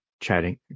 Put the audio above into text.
chatting